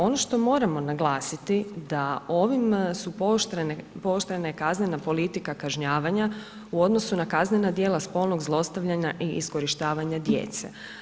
Ono što moramo naglasiti da ovim pooštrena je kaznena politika kažnjavanja u odnosu na kaznena djela spolnog zlostavljanja i iskorištavanja djece.